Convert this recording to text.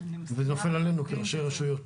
זה נופל עלינו אנשי הרשויות.